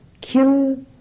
kill